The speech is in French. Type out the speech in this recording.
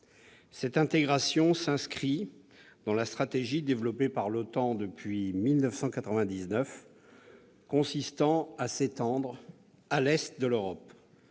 Cette intégration s'inscrit dans la stratégie développée depuis 1999 par l'OTAN et consistant à s'étendre à l'est de l'Europe.